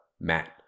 Matt